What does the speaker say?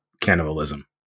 cannibalism